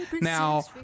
Now